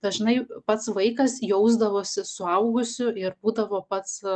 dažnai pats vaikas jausdavosi suaugusiu ir būdavo pats